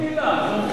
תגיד מלה, נו.